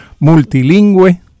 multilingüe